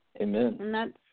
Amen